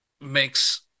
makes